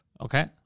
okay